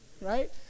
Right